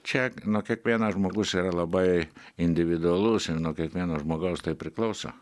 čia kiekvienas žmogus yra labai individualus ir nuo kiekvieno žmogaus tai priklauso